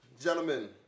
Gentlemen